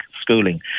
schooling